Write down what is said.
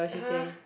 uh !huh!